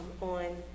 on